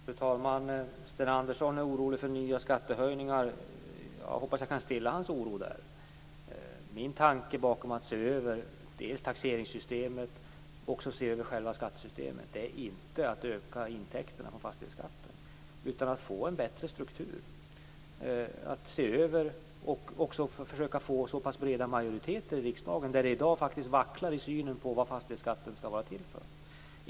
Fru talman! Sten Andersson är orolig för nya skattehöjningar. Jag hoppas att jag kan stilla hans oro. Min tanke bakom att man skall se över taxeringssystemet och själva skattesystemet är inte att intäkterna av fastighetsskatten skall ökas, utan tanken är att man skall få en bättre struktur. Man skall se över och försöka få så breda majoriteter som möjligt i riksdagen. I dag vacklar det faktiskt i synen på vad fastighetsskatten skall vara till för.